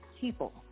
people